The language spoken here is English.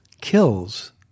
kills